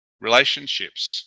Relationships